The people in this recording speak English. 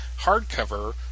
hardcover